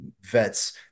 vets